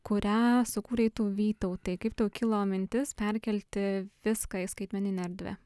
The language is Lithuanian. kurią sukūrei tu vytautai kaip tau kilo mintis perkelti viską į skaitmeninę erdvę